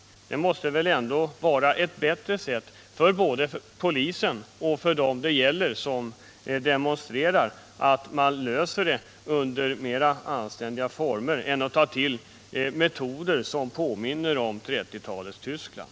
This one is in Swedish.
Det måste väl ändå vara ewt bättre sätt, för både polisen och dem som demonstrerar, att man löser frågan under mera anständiga former än genom att ta till metoder som påminner om metoderna i 1930-talets Tyskland.